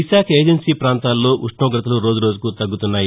Visakha agency పాంతాల్లో ఉష్ణోగ్రతలు రోజు రోజుకూ తగ్గుతున్నాయి